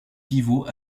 pivot